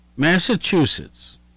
Massachusetts